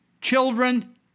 Children